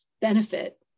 benefit